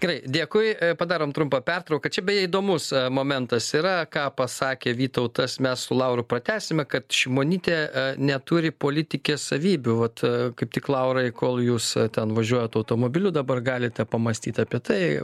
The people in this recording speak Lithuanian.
gerai dėkui padarom trumpą pertrauką čia beje įdomus momentas yra ką pasakė vytautas mes su lauru pratęsime kad šimonytė neturi politikės savybių vat kaip tik laurai kol jūs ten važiuojat automobiliu dabar galite pamąstyt apie tai